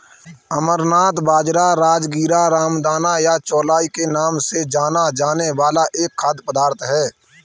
अमरनाथ बाजरा, राजगीरा, रामदाना या चौलाई के नाम से जाना जाने वाला एक खाद्य पदार्थ है